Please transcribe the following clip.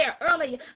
earlier